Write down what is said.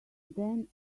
then